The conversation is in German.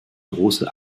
große